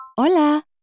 Hola